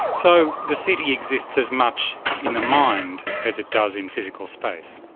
so the city exists as much in the mind as it does in physical space?